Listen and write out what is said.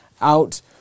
out